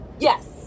Yes